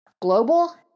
Global